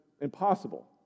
impossible